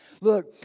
Look